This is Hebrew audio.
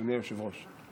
אדוני היושב-ראש,